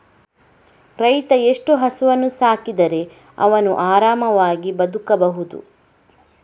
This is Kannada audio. ರೈತ ಎಷ್ಟು ಹಸುವನ್ನು ಸಾಕಿದರೆ ಅವನು ಆರಾಮವಾಗಿ ಬದುಕಬಹುದು?